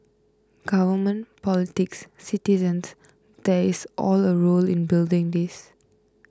government politics citizens there is all a role in building this